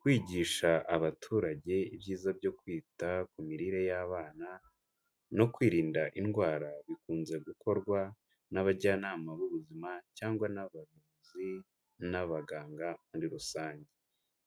Kwigisha abaturage ibyiza byo kwita ku mirire y'abana no kwirinda indwara, bikunze gukorwa n'abajyanama b'ubuzima cyangwa n'abayobozi n'abaganga muri rusange.